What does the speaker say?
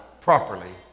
properly